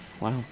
Wow